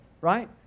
right